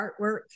artwork